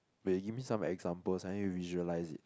wait give me some examples I need to visualise it